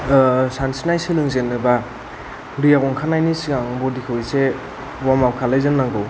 सानस्रिनाय सोलोंजेननोबा दैयाव ओंखारनायनि सिगां बडि खौ एसे वार्म आप खालायजेननांगौ